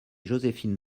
joséphine